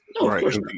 Right